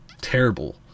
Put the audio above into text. terrible